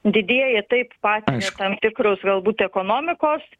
didieji taip pat tam tikros galbūt ekonomikos